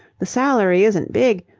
the salary isn't big,